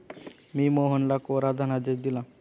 मी मोहनला कोरा धनादेश दिला